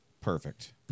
perfect